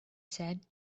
said